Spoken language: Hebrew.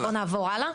בואו נעבור הלאה.